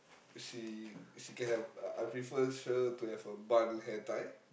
she she can have uh I prefer her to have a bun hair tie